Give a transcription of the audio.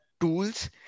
tools